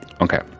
Okay